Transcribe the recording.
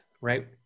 right